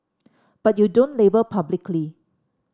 but you don't label publicly